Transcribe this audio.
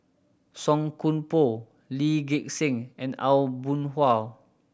Song Koon Poh Lee Gek Seng and Aw Boon Haw